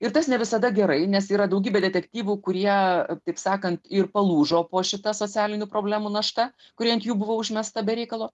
ir tas ne visada gerai nes yra daugybė detektyvų kurie taip sakant ir palūžo po šita socialinių problemų našta kuri ant jų buvo užmesta be reikalo